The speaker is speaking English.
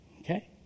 Okay